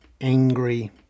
angry